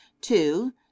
two